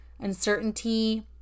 uncertainty